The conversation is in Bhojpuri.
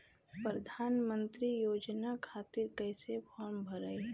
प्रधानमंत्री योजना खातिर कैसे फार्म भराई?